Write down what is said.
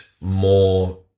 more